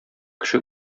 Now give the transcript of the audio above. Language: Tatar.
кеше